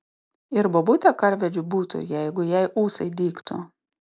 ir bobutė karvedžiu būtų jeigu jai ūsai dygtų